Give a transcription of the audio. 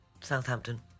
Southampton